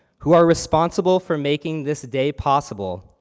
who are responsible for making this day possible,